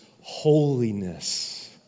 holiness